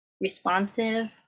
responsive